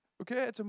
Okay